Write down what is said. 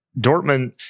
Dortmund